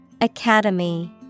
Academy